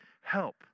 help